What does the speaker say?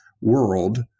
world